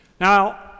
Now